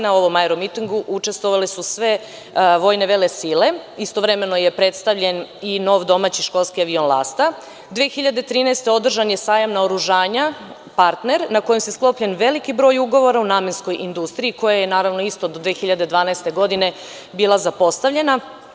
Na ovom aeromitingu učestvovale su sve vojne velesile, istovremeno je predstavljen i nov domaći školski avion „Lasta“, 2013. godine održan je sajam naoružanja – partner na kojem je sklopljen veliki broj ugovora u namenskoj industriji, koja je naravno isto do 2012. godine, bila zapostavljena.